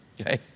Okay